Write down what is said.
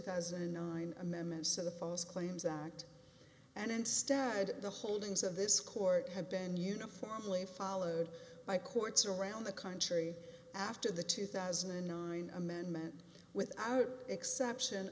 thousand and nine amendments to the post claims act and instead the holdings of this court have been uniformly followed by courts around the country after the two thousand and nine amendment without exception